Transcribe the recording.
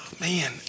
Man